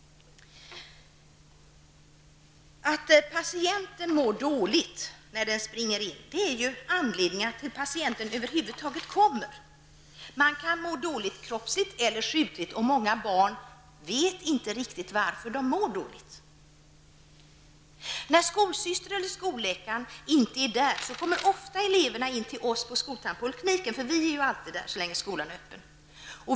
Att patienten mår dåligt när den springer in är anledningen till att patienten över huvud taget kommer. Man kan må dåligt kroppsligt eller andligt. Många barn vet inte riktigt varför de mår dåligt. När skolsystern eller skolläkaren inte är i skolan kommer elever ofta in till oss på skoltandpolikliniken, för vi är alltid där så länge skolan är öppen.